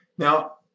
Now